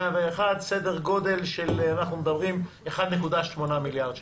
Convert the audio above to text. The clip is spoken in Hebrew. סדר גודל של 1.8 מיליארד שקל.